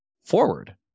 forward